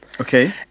Okay